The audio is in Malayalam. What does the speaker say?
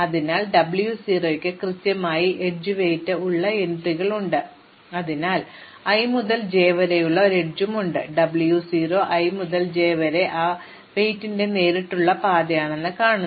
അതിനാൽ W 0 ന് കൃത്യമായി എഡ്ജ് ഭാരം ഉള്ള എൻട്രികളുണ്ട് അതിനാൽ i മുതൽ j വരെ ഒരു എഡ്ജ് ഉണ്ട് W 0 i മുതൽ j വരെ ആ ഭാരത്തിന്റെ നേരിട്ടുള്ള പാതയാണെന്ന് പറയുന്നു